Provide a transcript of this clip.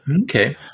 Okay